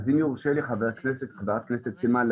אז אם יורשה לי חברת הכנסת סילמן,